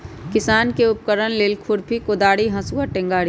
किसान के उपकरण भेल खुरपि कोदारी हसुआ टेंग़ारि